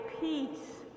peace